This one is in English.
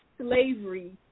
slavery